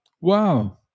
wow